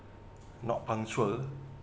not punctual